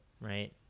right